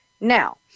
Now